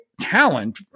talent